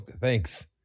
Thanks